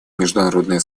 международное